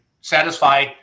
satisfy